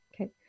okay